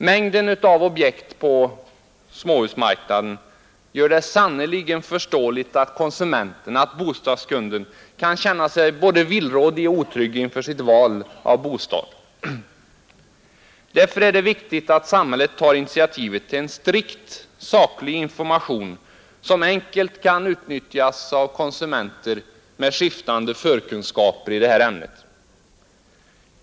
Mängden av objekt på småhusmarknaden gör det sannerligen förståeligt att konsumentenbostadskunden kan känna sig både villrådig och otrygg inför sitt val till bostad. Därför är det viktigt att samhället tar initiativ till en strikt saklig information, som enkelt kan utnyttjas av konsumenter med skiftande förkunskaper i detta ämne.